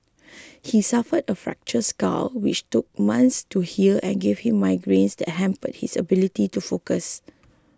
he suffered a fractured skull which took months to heal and gave him migraines that hampered his ability to focus